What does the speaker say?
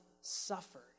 suffered